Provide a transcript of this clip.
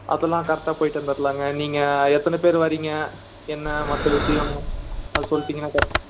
அதெல்லாம் கரெட்டாக போய்விட்டு வந்துரலாங்க நீங்கள் எத்தனப்பேர் வரீங்க என்ன மற்ற விஷயம் அதை சொல்லிடிங்கன்னா கரெட்டாக